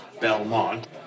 Belmont